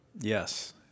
Yes